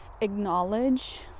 acknowledge